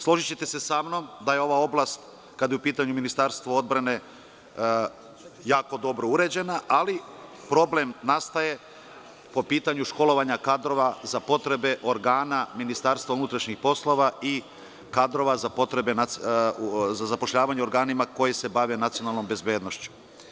Složićete se sa mnom da je ova oblast, kada je u pitanju Ministarstvo odbrane jako dobro uređena, ali problem nastaje po pitanju školovanja kadrova za potrebe organa MUP i kadrova za zapošljavanje organima koji se bave nacionalnom bezbednošću.